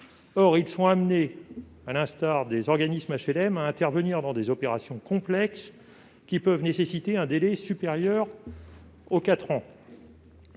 Or ils sont amenés, comme les organismes HLM, à intervenir dans des opérations complexes qui peuvent nécessiter un délai supérieur à quatre ans.